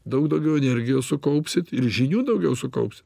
daug daugiau energijos sukaupsit ir žinių daugiau sukaupsit